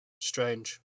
Strange